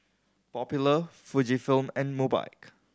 Popular Fujifilm and Mobike